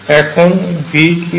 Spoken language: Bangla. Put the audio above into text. এখন V কি হয়